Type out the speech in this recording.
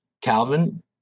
Calvin